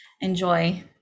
enjoy